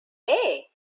hey